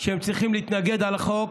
שהם צריכים להתנגד לחוק.